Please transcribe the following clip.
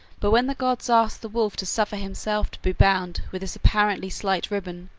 but when the gods asked the wolf to suffer himself to be bound with this apparently slight ribbon,